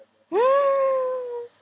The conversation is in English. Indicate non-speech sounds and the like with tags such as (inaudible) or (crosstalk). (noise)